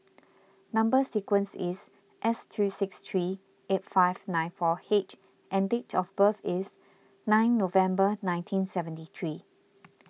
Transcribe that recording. Number Sequence is S two six three eight five nine four H and date of birth is nine November nineteen seventy three